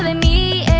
ah mi